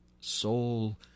Soul